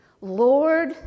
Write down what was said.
Lord